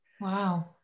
Wow